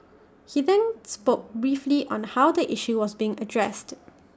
he then spoke briefly on how the issue was being addressed